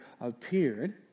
appeared